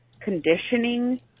conditioning